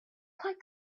quite